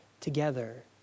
together